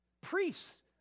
priests